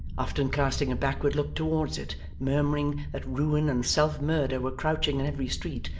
often casting a backward look towards it, murmuring that ruin and self-murder were crouching in every street,